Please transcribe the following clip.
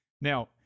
Now